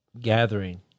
gathering